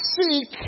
seek